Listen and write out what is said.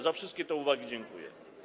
Za wszystkie te uwagi dziękuję.